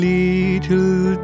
little